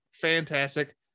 fantastic